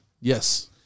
Yes